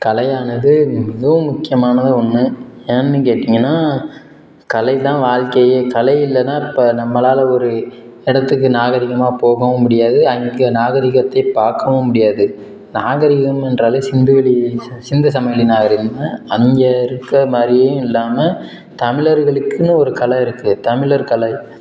கலையானது மிகவும் முக்கியமான ஒன்று ஏன்னு கேட்டிங்கன்னால் கலை தான் வாழ்க்கையே கலை இல்லைன்னா இப்போ நம்மளால் ஒரு இடத்துக்கு நாகரீகமாக போகவும் முடியாது அங்கே நாகரீகத்தை பார்க்கவும் முடியாது நாகரீகம் என்றாலே சிந்துவெளி சி சிந்துசமவெளி நாகரீகமும் அங்கே இருக்கற மாதிரியும் இல்லாமல் தமிழர்களுக்குன்னு ஒரு கலை இருக்குது தமிழர் கலை